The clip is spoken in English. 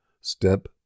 step